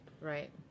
Right